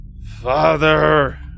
Father